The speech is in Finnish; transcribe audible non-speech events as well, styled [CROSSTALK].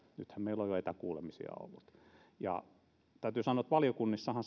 nythän meillä on jo ollut etäkuulemisia täytyy sanoa että valiokunnissahan [UNINTELLIGIBLE]